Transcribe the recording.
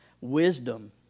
Wisdom